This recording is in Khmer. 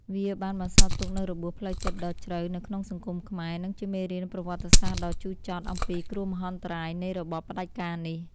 វាបានបន្សល់ទុកនូវរបួសផ្លូវចិត្តដ៏ជ្រៅនៅក្នុងសង្គមខ្មែរ និងជាមេរៀនប្រវត្តិសាស្ត្រដ៏ជូរចត់អំពីគ្រោះមហន្តរាយនៃរបបផ្តាច់ការនេះ។